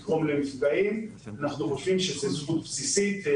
אנחנו חושבים שזאת זכות בסיסית,